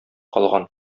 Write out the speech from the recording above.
калган